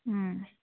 ꯎꯝ